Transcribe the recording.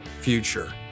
future